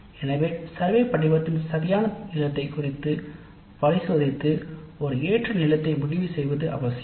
எனவே சர்வே முறையில் சரியான நீளத்தையும் நேரத்தையும் முடிவு செய்வது அவசியம்